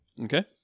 Okay